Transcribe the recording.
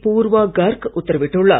பூர்வா கர்க் உத்தரவிட்டுள்ளார்